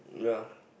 yeah